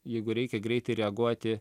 jeigu reikia greitai reaguoti